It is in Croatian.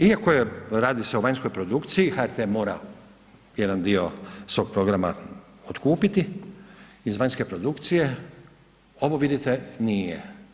Iako je, radi se o vanjskoj produkciji, HRT mora jedan dio svog programa otkupiti iz vanjske produkcije, ovo, vidite, nije.